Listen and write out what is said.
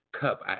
cup